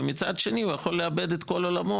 ומצד שני, הוא יכול לאבד את כל עולמו